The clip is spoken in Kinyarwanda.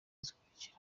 zikurikira